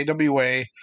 AWA